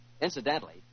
Incidentally